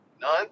None